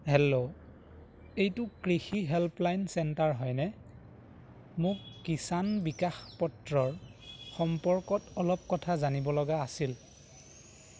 hello এইটো কৃষি helpline centre হয়নে মোক কিষাণ বিকাশ পত্ৰৰ সম্পৰ্কত অলপ কথা জানিবলগা আছিল